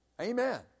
Amen